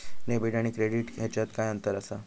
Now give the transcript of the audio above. Debit आणि credit ह्याच्यात काय अंतर असा?